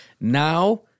Now